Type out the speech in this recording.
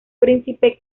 príncipe